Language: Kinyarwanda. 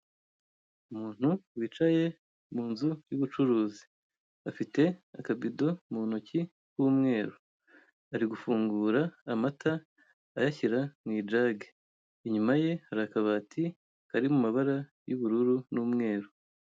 Umuntu wicaye mu nzu y'ubucuruzi, afite akabido mu ntoki k'umweru, ari gufungura amata ayashyira mu ijage, inyuma ye hari akabati kari mu mabara y'ubururu n'umweru.